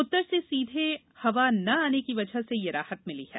उत्तर से सीधे हवा न आने की वजह से ये राहत मिली है